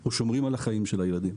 אנחנו שומרים על החיים של הילדים.